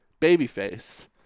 babyface